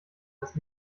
das